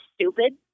stupid